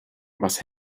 was